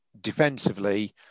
defensively